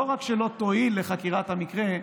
לא רק שהיא לא תועיל לחקירת המקרה,